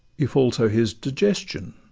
if also his digestion?